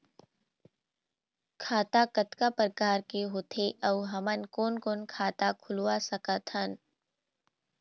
खाता कतका प्रकार के होथे अऊ हमन कोन कोन खाता खुलवा सकत हन?